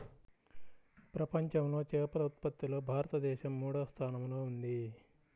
ప్రపంచంలో చేపల ఉత్పత్తిలో భారతదేశం మూడవ స్థానంలో ఉంది